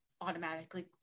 automatically